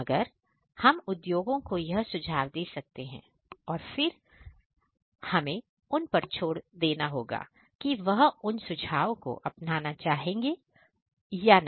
मगर हम उद्योगों को यह सुझाव दे सकते हैं और और फिर उन पर छोड़ देंगे कि वह उन सुझाव को अपनाना चाहेंगे या नहीं